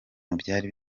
byari